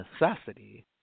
necessity